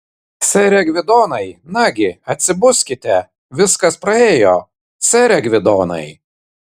sere gvidonai nagi atsibuskite viskas praėjo sere gvidonai